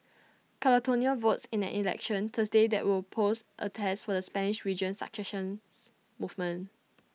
Catalonia votes in an election Thursday that will pose A test for the Spanish region's secession's movement